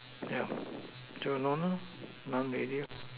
ya no no no none already lor